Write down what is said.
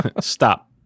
Stop